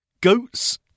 Goats